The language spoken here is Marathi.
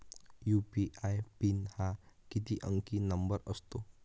यू.पी.आय पिन हा किती अंकी नंबर असतो?